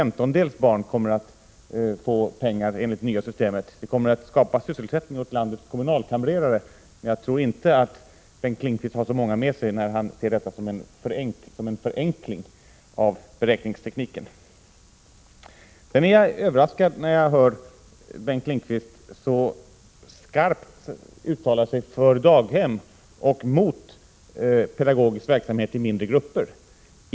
Man kommer alltså att räkna i femtondelar med det nya systemet. Det kommer visserligen att skapa sysselsättning åt landets kommunalkamrerare, men jag tror inte att Bengt Lindqvist har så många med sig när han ser detta som en förenkling av beräkningstekniken. Jag är överraskad när jag hör Bengt Lindqvist så skarpt uttala sig för daghem och mot pedagogisk verksamhet i mindre grupper.